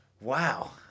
Wow